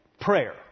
prayer